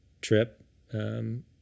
trip